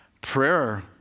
prayer